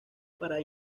para